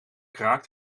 kraakt